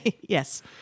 Yes